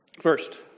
First